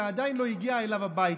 זה עדיין לא הגיע אליו הביתה,